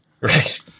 Right